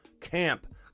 Camp